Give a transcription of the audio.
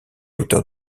auteur